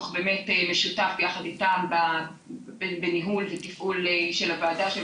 באמת משותף יחד איתם בניהול ותפעול של הוועדה,